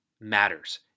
matters